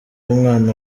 umwana